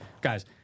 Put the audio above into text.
guys